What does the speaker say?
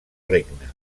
regne